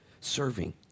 serving